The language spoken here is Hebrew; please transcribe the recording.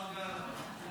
השר גלנט.